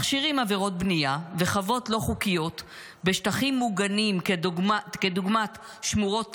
מכשירים עבירות בנייה וחוות לא חוקיות בשטחים מוגנים כדוגמת שמורות טבע,